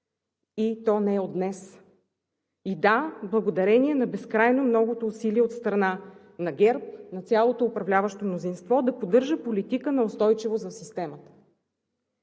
и то не от днес. Да, благодарение на безкрайно многото усилия от страна на ГЕРБ, на цялото управляващо мнозинството да поддържа политика на устойчивост за системата.